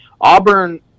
Auburn